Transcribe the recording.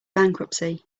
bankruptcy